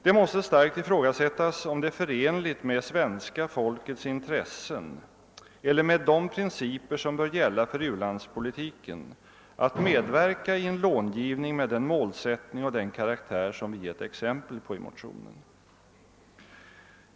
Man måste starkt ifrågasätta om det är förenligt med svenska folkets intressen eller med de principer, som bör gälla för u-landspolitiken, att vårt land medverkar i en långivning med den målsättning och den karaktär, vilken vi givit exempel på i våra motioner.